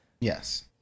yes